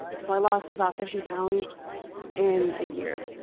so i lost about fifty pounds in a year.